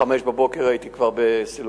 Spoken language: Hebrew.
הבוקר ב-05:00 הייתי כבר בסילואן.